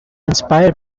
inspire